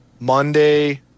Monday